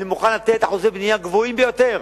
אני מוכן לתת אחוזי בנייה גבוהים ביותר.